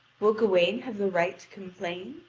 will gawain have the right to complain?